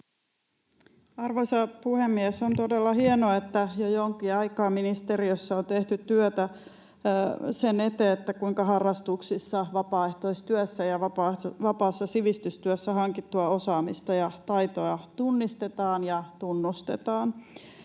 Arvoisa puhemies! On todella hienoa, että jo jonkin aikaa ministeriössä on tehty työtä sen eteen, kuinka harrastuksissa, vapaaehtoistyössä ja vapaassa sivistystyössä hankittua osaamista ja taitoja tunnistetaan ja tunnustetaan.